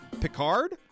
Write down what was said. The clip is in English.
Picard